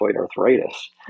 arthritis